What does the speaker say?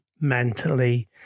mentally